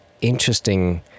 interesting